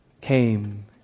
came